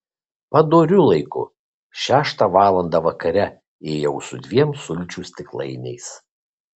padoriu laiku šeštą valandą vakare ėjau su dviem sulčių stiklainiais